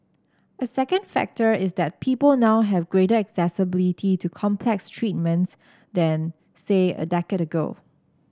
a second factor is that people now have greater accessibility to complex treatments than say a decade ago